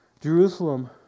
Jerusalem